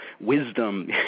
wisdom